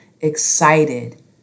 excited